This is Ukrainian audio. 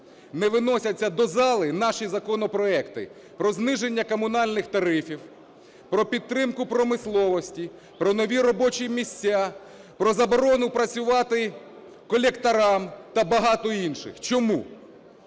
не виносяться до зали наші законопроекти про зниження комунальних тарифів, про підтримку промисловості, про нові робочі місця, про заборону працювати колекторам та багато інших, чому?